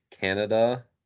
Canada